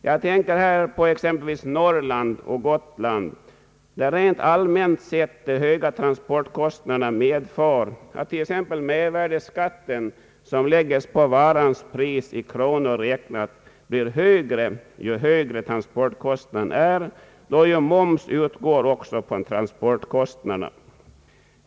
Jag tänker exempelvis på Norrland och Gotland, där rent allmänt sett de höga transportkostnaderna medför att den mervärdeskatt som läggs på varans pris, i kronor räknat, blir högre ju större transportkostnaderna är, eftersom moms också utgår på transportkostnader.